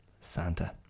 santa